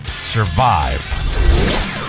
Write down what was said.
survive